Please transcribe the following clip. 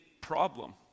problem